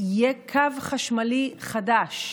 יהיה קו חשמלי חדש.